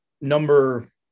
Number